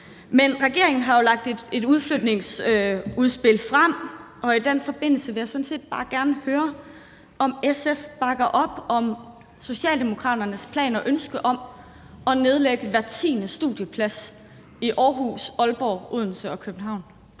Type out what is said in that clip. Men regeringen har jo lagt et udflytningsudspil frem, og i den forbindelse vil jeg sådan set bare gerne høre, om SF bakker op om Socialdemokraternes plan og ønske om at nedlægge hver tiende studieplads i Aarhus, Aalborg, Odense og København.